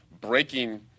breaking